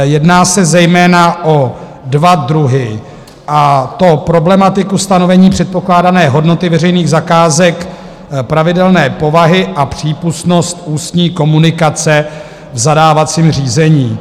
Jedná se zejména o dva druhy, a to problematiku stanovení předpokládané hodnoty veřejných zakázek pravidelné povahy a přípustnost ústní komunikace v zadávacím řízení.